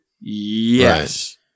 Yes